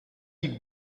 die